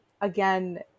again